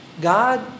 God